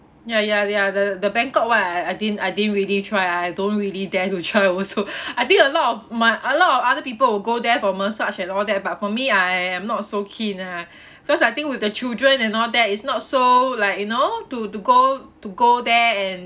ya ya ya the the bangkok one I I didn't I didn't really try I don't really dare to try also I think a lot of my a lot of other people will go there for massage and all that but for me I am not so keen ah because I think with the children and all that it's not so like you know to to go to go there and